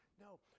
No